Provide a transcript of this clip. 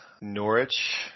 Norwich